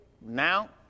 now